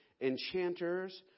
enchanters